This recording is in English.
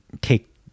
take